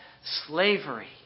slavery